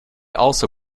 also